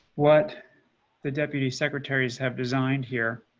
what the deputy secretaries have designed here.